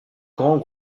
grand